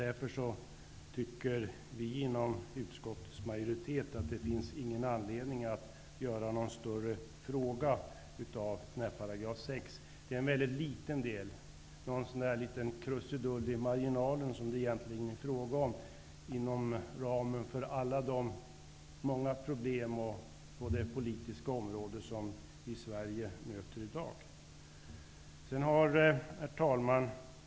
Därför tycker vi i utskottsmajoriteten att det inte finns någon anledning att göra 6 § till en större fråga. Detta utgör en väldigt liten del av det hela. Egentligen är det fråga om en liten krusidull i marginalen inom ramen för alla de många problem på det politiska området som vi i Sverige i dag möter. Herr talman!